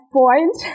point